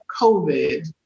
COVID